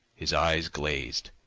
his eyes glazed,